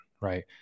right